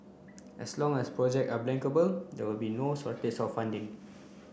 as long as project are bankable there will be no shortage of funding